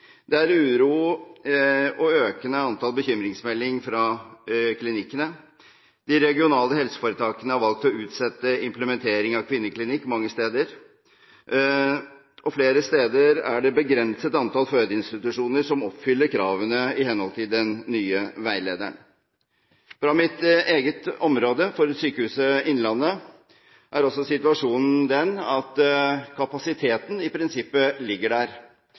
Det er uro og økende antall bekymringsmeldinger fra klinikkene. De regionale helseforetakene har valgt å utsette implementering av kvinneklinikk mange steder, og flere steder er det et begrenset antall fødeinstitusjoner som oppfyller kravene i henhold til den nye veilederen. For Sykehuset Innlandet, mitt eget område, er også situasjonen den at kapasiteten i prinsippet ligger der.